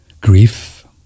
Grief